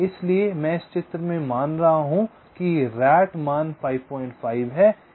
इसलिए मैं इस चित्र में मान रहा हूं मैं मान रहा हूँ कि RAT मान 55 है